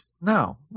No